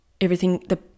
everything—the